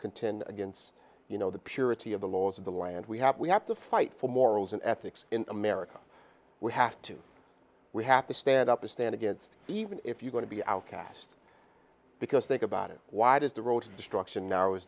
contend against you know the purity of the laws of the land we have we have to fight for morals and ethics in america we have to we have to stand up a stand against even if you want to be outcast because they can about it why does the road to destruction now is